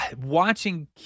watching